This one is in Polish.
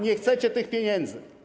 Nie chcecie tych pieniędzy.